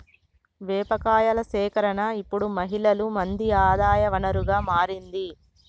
వేప కాయల సేకరణ ఇప్పుడు మహిళలు మంది ఆదాయ వనరుగా మారింది